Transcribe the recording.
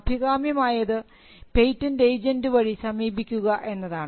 അഭികാമ്യമായത് patent agent വഴി സമീപിക്കുക എന്നതാണ്